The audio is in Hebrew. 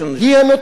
היא הנותנת.